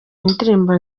indirimbo